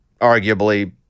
arguably